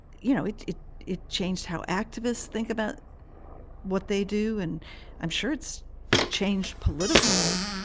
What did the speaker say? you know, it it it changed how activists think about what they do, and i'm sure it's changed political